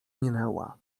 minęła